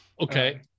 Okay